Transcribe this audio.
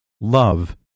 Love